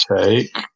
take